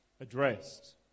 addressed